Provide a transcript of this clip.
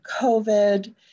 COVID